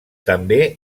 també